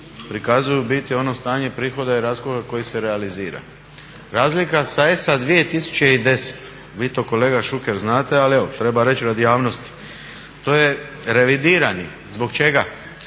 prikazuje u biti ono stanje prihoda i rashoda koji se realizira. Razlika sa ESA 2010., vi to kolega Šuker znate ali evo treba reći radi javnosti, to je revidirani zbog čega?